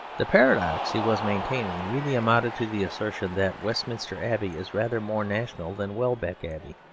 the paradox he was maintaining really amounted to the assertion that westminster abbey is rather more national than welbeck abbey.